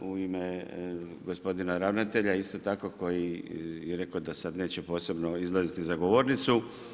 U ime gospodina ravnatelja isto tako koji je rekao da sada neće posebno izlaziti za govornicu.